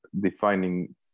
defining